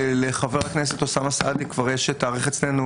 לחבר הכנסת אוסאמה סעדי כבר יש תאריך אצלנו,